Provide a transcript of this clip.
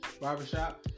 Barbershop